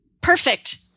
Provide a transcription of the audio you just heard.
Perfect